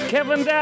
Kevin